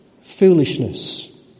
Foolishness